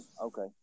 okay